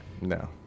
No